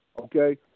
Okay